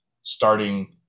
starting